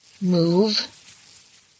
Move